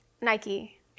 Nike